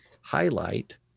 highlight